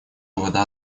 вода